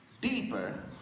deeper